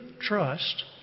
trust